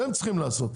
אתם צריכים לעשות.